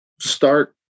start